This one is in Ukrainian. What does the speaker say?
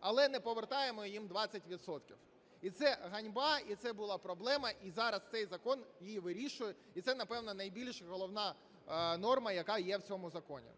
але не повертаємо їм 20 відсотків. І це ганьба, і це була проблема, і зараз цей закон її вирішує, і це, напевно, найбільш головна норма, яка є в цьому законі.